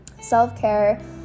self-care